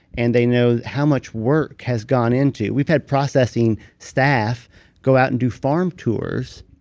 and they know how much work has gone into. we've had processing staff go out and do farm tours,